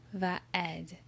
Va'ed